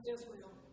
Israel